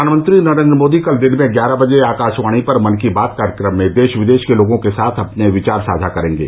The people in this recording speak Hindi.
प्रधानमंत्री नरेन्द्र मोदी कल दिन में ग्यारह बजे आकाशवाणी पर मन की बात कार्यक्रम में देश विदेश के लोगों के साथ अपने विचार साझा करेंगे